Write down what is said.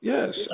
Yes